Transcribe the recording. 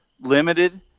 limited